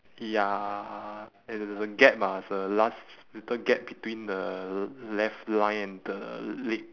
ya and there's a gap ah it's a last little gap between the left line and the leg